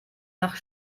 nach